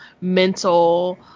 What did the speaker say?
mental